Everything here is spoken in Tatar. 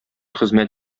хезмәт